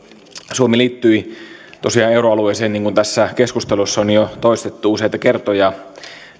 suomi liittyi tosiaan euroalueeseen niin kuin tässä keskustelussa on toistettu jo useita kertoja